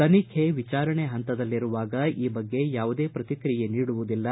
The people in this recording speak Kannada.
ತನಿಖೆ ವಿಚಾರಣೆ ಪಂತದಲ್ಲಿರುವಾಗ ಈ ಬಗ್ಗೆ ಯಾವುದೇ ಪ್ರಕ್ರಿಯೆ ನೀಡುವುದಿಲ್ಲ